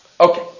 Okay